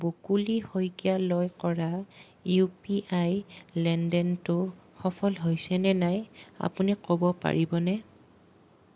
বকুলি শইকীয়ালৈ কৰা U P I লেনদেনটো সফল হৈছেনে নাই আপুনি ক'ব পাৰিবনে